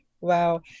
Wow